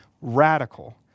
radical